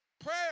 Prayer